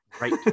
right